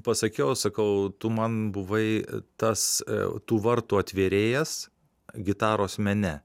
pasakiau sakau tu man buvai tas tų vartų atvėrėjas gitaros mene